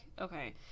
okay